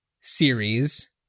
series